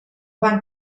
van